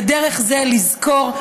ודרך זה לזכור,